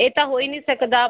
ਇਹ ਤਾਂ ਹੋ ਹੀ ਨਹੀਂ ਸਕਦਾ